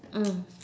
mm